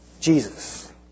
Jesus